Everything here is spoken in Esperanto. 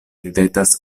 ridetas